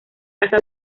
casa